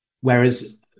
Whereas